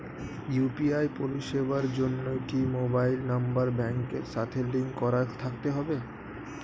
UPI পরিষেবার জন্য কি মোবাইল নাম্বার ব্যাংকের সাথে লিংক করা থাকতে হবে?